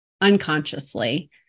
unconsciously